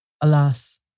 Alas